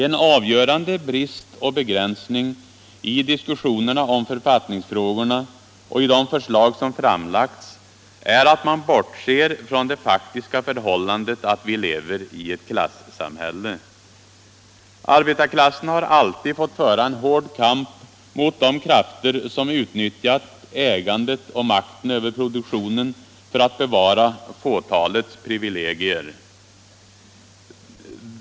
En avgörande brist och begränsning i diskussionerna om författningsfrågorna och i de förslag som framlagts är att man bortser från det faktiska förhållandet att vi lever i ett klassamhälle. Arbetarklassen har alltid fått föra en hård kamp mot de krafter som utnyttjat ägandet och makten över produktionen för att bevara fåtalets privilegier.